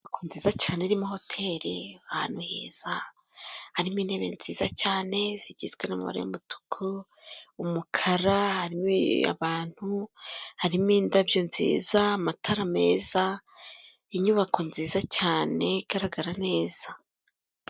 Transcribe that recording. Inyubako nziza cyane irimo hoteri, ahantu heza, harimo intebe nziza cyane, zigizwe n'amabara y'umutuku, umukara, harimo abantu harimo indabyo nziza, amatara meza inyubako nziza cyane, igaragara neza.